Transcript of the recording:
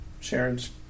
Sharon's